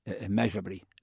immeasurably